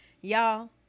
Y'all